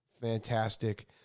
fantastic